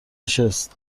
نشست